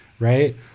right